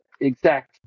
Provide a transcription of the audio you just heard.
exact